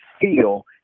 feel